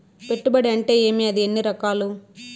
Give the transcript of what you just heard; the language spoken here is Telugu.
పెట్టుబడి అంటే ఏమి అది ఎన్ని రకాలు